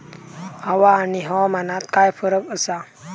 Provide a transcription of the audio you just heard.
हवा आणि हवामानात काय फरक असा?